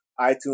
iTunes